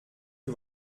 que